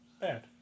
bad